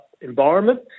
environment